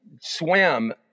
swam